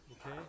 Okay